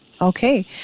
Okay